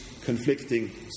conflicting